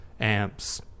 amps